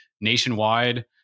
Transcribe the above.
nationwide